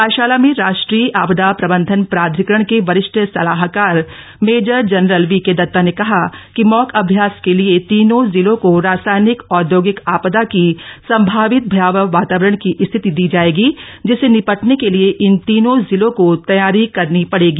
कार्यशाला में राष्ट्रीय आपदा प्रबन्धन प्राधिकरण के वरिष्ठ सलाहकार मेजर जनरल वीके दत्ता ने कहा कि मॉक अभ्यास के लिए तीनों जिलों को रासायनिक औद्योगिक आपदा की संभावित भयावह वातावरण की स्थिति दी जायेगी जिससे निपटने के लिए इन तीनों जिलों को तैयारी करनी पड़ेगी